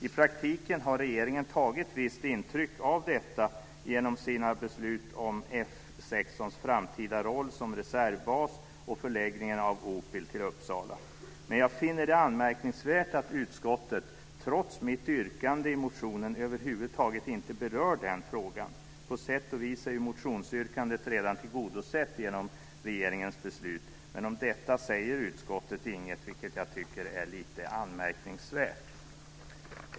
I praktiken har regeringen tagit visst intryck av detta genom sina beslut om F 16:s framtida roll som reservbas och förläggningen av OPIL till Uppsala. Men jag finner det anmärkningsvärt att utskottet trots mitt yrkande i motionen över huvud taget inte berör den frågan. På sätt och vis är ju motionsyrkandet redan tillgodosett genom regeringens beslut. Men om detta säger utskottet inget, vilket jag tycker är lite anmärkningsvärt.